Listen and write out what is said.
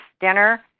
dinner